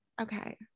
Okay